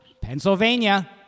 Pennsylvania